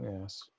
Yes